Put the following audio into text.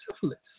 syphilis